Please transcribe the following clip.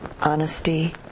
honesty